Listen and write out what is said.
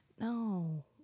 no